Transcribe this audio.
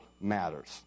matters